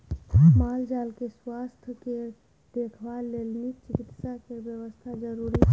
माल जाल केँ सुआस्थ केर देखभाल लेल नीक चिकित्सा केर बेबस्था जरुरी छै